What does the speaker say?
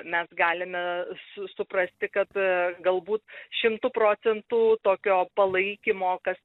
mes galime suprasti kad galbūt šimtu procentų tokio palaikymo kas